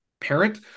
parent